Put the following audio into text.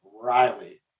Riley